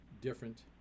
different